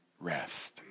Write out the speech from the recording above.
rest